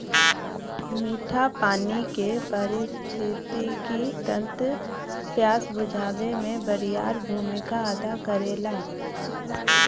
मीठा पानी के पारिस्थितिकी तंत्र प्यास बुझावे में बड़ियार भूमिका अदा करेला